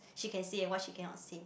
she can say and what she cannot say